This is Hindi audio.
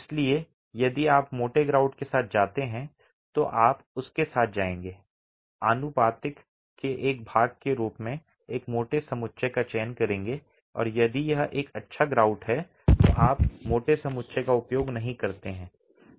इसलिए यदि आप मोटे ग्राउट के साथ जाते हैं तो आप उसके साथ जाएंगे आनुपातिक के एक भाग के रूप में एक मोटे समुच्चय का चयन करेंगे और यदि यह एक अच्छा ग्राउट है तो आप मोटे समुच्चय का उपयोग नहीं करते हैं